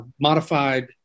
modified